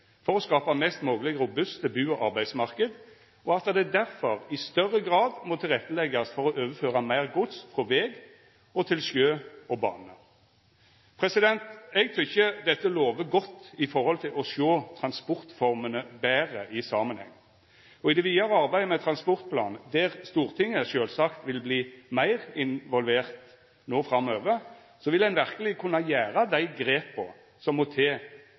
for å skapa mest mogleg robuste bustad- og arbeidsmarknader, og at det derfor i større grad må leggjast til rette for å overføra meir gods frå veg til sjø og bane. Eg tykkjer dette lover godt med omsyn til å sjå transportformene betre i samanheng. I det vidare arbeidet med transportplanen, der Stortinget sjølvsagt vil verta meir involvert no framover, vil ein verkeleg kunna gjera dei grepa som må til